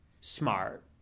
smart